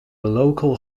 local